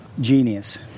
genius